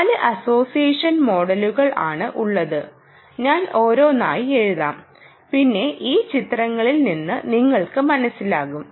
4 association മോഡലുകൾ ആണ് ഉള്ളത് ഞാൻ ഓരോന്നായി എഴുതാം പിന്നെ ഈ ചിത്രങ്ങളിൽ നിന്ന് നിങ്ങൾക്ക് മനസ്സിലാകും